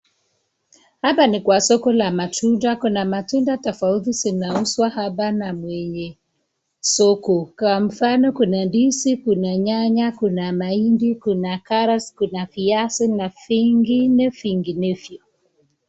Hapa ni kwa soko la matunda kuna matunda tofauti zinauzwa hapa na mwenye soko kwa mfono kuna ndizi kuna nyanya Kuna mahindi kuna karots na vingine vinginevyo.